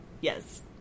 Yes